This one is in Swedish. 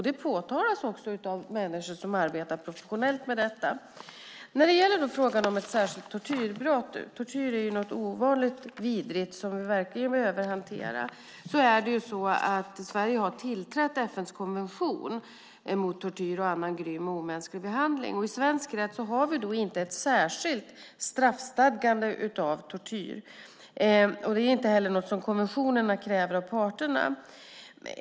Det påtalas också av människor som arbetar professionellt med detta. När det då gäller frågan om att tortyr ska vara ett särskilt brott - tortyr är ju något osedvanligt vidrigt som vi verkligen behöver hantera - är det så att Sverige har tillträtt FN:s konvention mot tortyr och annan grym och omänsklig behandling. I svensk rätt har vi inte ett särskilt straffstadgande av tortyr. Det är inte heller något som konventionerna kräver av parterna.